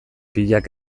pilak